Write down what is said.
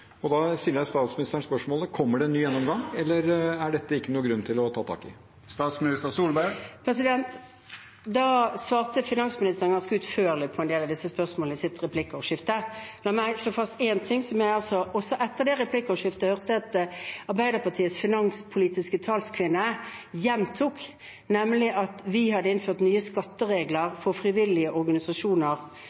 gjennomgang. Da stiller jeg statsministeren spørsmålet: Kommer det en ny gjennomgang, eller er det ikke noen grunn til å ta tak i dette? Finansministeren svarte utførlig på en del av disse spørsmålene i sitt replikkordskifte. La meg slå fast én ting, som jeg også etter det replikkordskiftet hørte at Arbeiderpartiets finanspolitiske talskvinne gjentok, nemlig at vi hadde innført nye skatteregler for frivillige